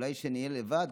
אולי כשנהיה לבד,